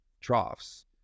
troughs